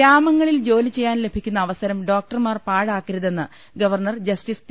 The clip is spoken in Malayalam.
ഗ്രാമങ്ങളിൽ ജോലി ചെയ്യാൻ ലഭിക്കുന്ന അവസരം ഡോക്ടർമാർ പാഴാക്കരുതെന്ന് ഗവർണർ ജസ്റ്റിസ് പി